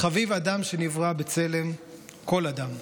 "חביב אדם שנברא בצלם" כל אדם.